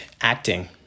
acting